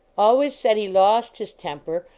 always said he lost his temper,